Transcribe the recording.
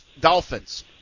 Dolphins